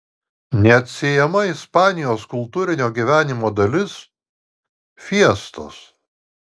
neatsiejama ispanijos kultūrinio gyvenimo dalis fiestos